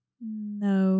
No